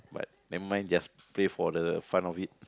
but never mind just play for the fun of it